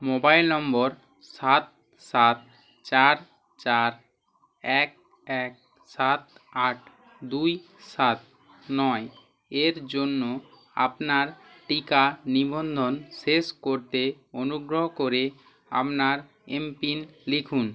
mobile নম্বর সাত সাত চার চার এক এক সাত আট দুই সাত নয় এর জন্য আপনার টিকা নিবন্ধন শেষ করতে অনুগ্রহ করে আপনার এমপিন লিখুন